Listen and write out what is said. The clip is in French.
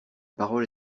parole